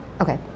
okay